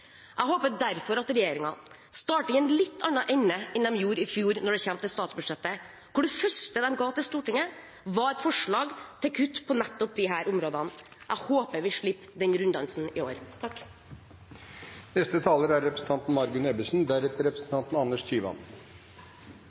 Jeg håper derfor at regjeringen starter i en litt annen ende enn de gjorde i fjor når det kommer til statsbudsjettet, hvor det første de ga til Stortinget, var et forslag til kutt på nettopp disse områdene. Jeg håper vi slipper den runddansen i år.